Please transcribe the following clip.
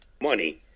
Money